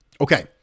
Okay